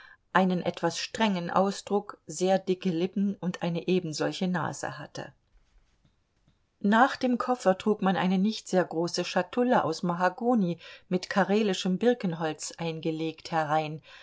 einen etwas strengen ausdruck sehr dicke lippen und eine ebensolche nase hatte nach dem koffer trug man eine nicht sehr große schatulle aus mahagoni mit karelischem birkenholz eingelegt herein